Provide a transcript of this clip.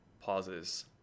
pauses